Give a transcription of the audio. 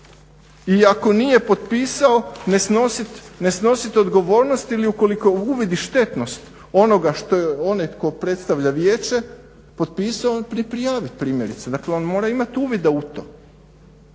iako nije potpisao ne snosit odgovornost ili ukoliko uvidi štetnost onoga, one tko predstavlja vijeće potpisao, prijavit primjerice. Dakle on mora imati uvida u to.